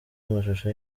amashusho